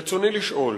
רצוני לשאול: